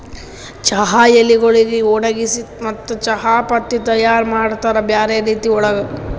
ಚಹಾ ಎಲಿಗೊಳಿಗ್ ಒಣಗಿಸಿ ಮತ್ತ ಚಹಾ ಪತ್ತಿ ತೈಯಾರ್ ಮಾಡ್ತಾರ್ ಬ್ಯಾರೆ ರೀತಿ ಒಳಗ್